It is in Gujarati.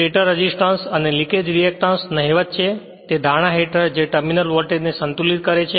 સ્ટેટર રેઝિસ્ટન્સ અને લિકેજ રિએક્ટન્સ નહિવત છે તે ધારણા હેઠળ જે ટર્મિનલ વોલ્ટેજને સંતુલિત કરે છે